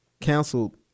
canceled